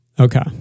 Okay